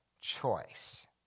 choice